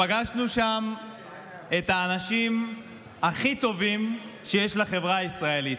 פגשנו שם את האנשים הכי טובים שיש לחברה הישראלית.